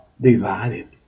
divided